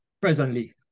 presently